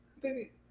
Baby